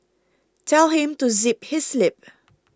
tell him to zip his lip